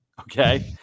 Okay